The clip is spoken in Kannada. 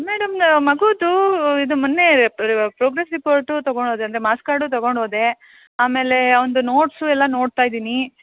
ಮೇಡಂ ಮಗುದು ಇದು ಮೊನ್ನೆ ಪ್ರೋಗ್ರೇಸ್ ರಿಪೋರ್ಟು ತೊಗೊಂಡೋದೆ ಅಂದರೆ ಮಾರ್ಕ್ಸ್ ಕಾರ್ಡು ತೊಗೊಂಡೋದೆ ಆಮೇಲೆ ಅವ್ನದು ನೋಟ್ಸು ಎಲ್ಲ ನೋಡ್ತಾ ಇದ್ದೀನಿ